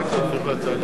מה שאתם מחליטים.